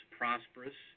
prosperous